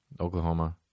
Oklahoma